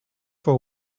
for